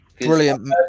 brilliant